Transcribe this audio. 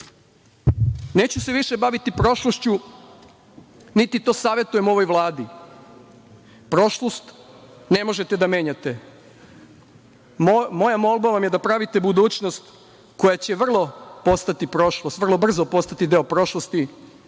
decu. Neću se više baviti prošlošću, niti to savetujem ovoj Vladi. Prošlost ne možete da menjate. Moja molba vama je da pravite budućnost koja će vrlo brzo postati deo prošlosti,